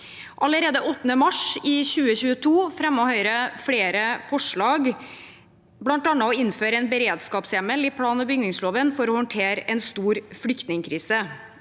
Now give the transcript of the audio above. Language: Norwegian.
Allerede 8. mars 2022 fremmet Høyre flere forslag, bl.a. om å innføre en beredskapshjemmel i plan- og bygningsloven for å håndtere en stor flyktningkrise.